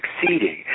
succeeding